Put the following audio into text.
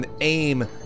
aim